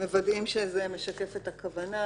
זה בדיוק ההבדל.